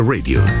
Radio